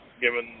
given